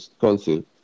Council